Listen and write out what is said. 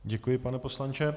Děkuji, pane poslanče.